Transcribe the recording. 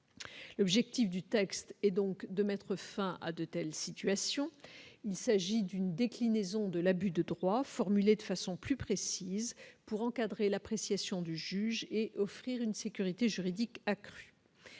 L'objectif du texte et donc de mettre fin à de telles situations, il s'agit d'une déclinaison de l'abus de droit formulées de façon plus précise pour encadrer l'appréciation du juge et offrir une sécurité juridique accrue.